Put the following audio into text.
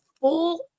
full